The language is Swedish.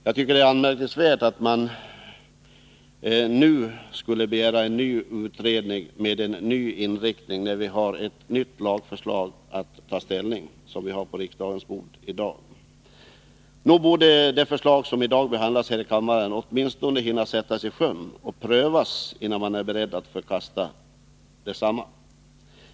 Jag tycker att det är anmärkningsvärt att nu begära en ny utredning med en ny inriktning när vi på riksdagens bord har ett lagförslag att ta ställning till. Nog borde väl det förslag som i dag behandlas här i kammaren åtminstone hinna sättas i sjön och prövas, innan man är beredd att förkasta detsamma.